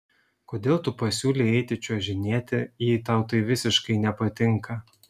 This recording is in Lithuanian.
kodėl tu pasiūlei eiti čiuožinėti jei tau tai visiškai nepatinka